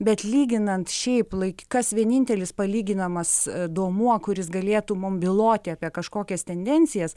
bet lyginant šiaip lai kas vienintelis palyginamas duomuo kuris galėtų mum byloti apie kažkokias tendencijas